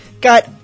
Got